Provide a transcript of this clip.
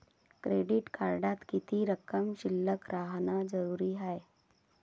Credit कार्डात किती रक्कम शिल्लक राहानं जरुरी हाय?